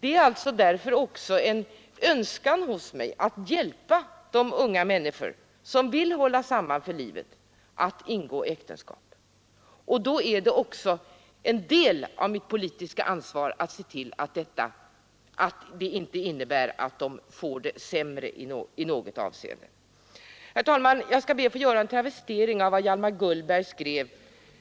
Det är därför en önskan hos mig att hjälpa de unga människor, som vill hålla samman för livet, att ingå äktenskap. Då är det också en del av mitt politiska ansvar att se till att det inte innebär att de får det sämre i något avseende. Herr talman! Jag skall be att få göra en travestering av vad Hjalmar Gullberg skrev